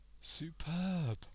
Superb